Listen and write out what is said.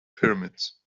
pyramids